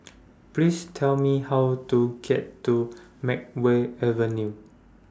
Please Tell Me How to get to Makeway Avenue